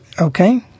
Okay